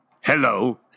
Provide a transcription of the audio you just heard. hello